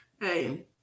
Hey